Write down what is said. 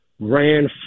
ran